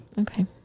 Okay